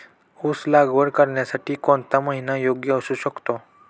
ऊस लागवड करण्यासाठी कोणता महिना योग्य असू शकतो?